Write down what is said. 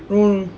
!wah!